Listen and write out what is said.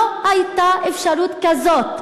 לא הייתה אפשרות כזאת.